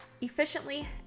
efficiently